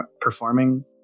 performing